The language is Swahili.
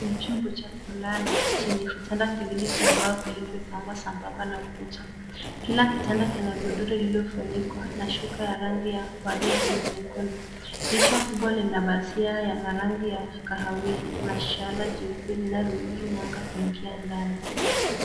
Hiki ni chumba cha kulala chenye vitanda viwili vya mbao vilivyopangwa sambamba na kucha. Kila kitanda kina godoro lililofunikwa na shuka ya rangi ya waridi na nyekundu. Dirisha kubwa lina pazia rangi ya kahawia na shara jeupe inayoruhusu mwanga kuingia.